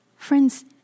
Friends